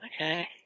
Okay